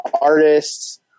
artists